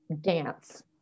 dance